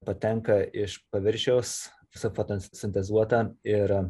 patenka iš paviršiaus sufotonsintezuota ir